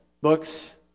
books